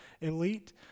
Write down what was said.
elite